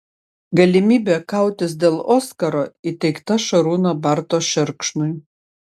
galimybė kautis dėl oskaro įteikta šarūno barto šerkšnui